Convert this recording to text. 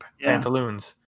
pantaloons